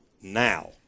Now